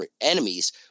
enemies